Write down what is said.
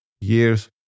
years